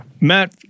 Matt